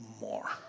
more